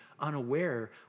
unaware